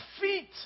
feet